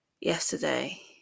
yesterday